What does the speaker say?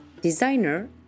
designer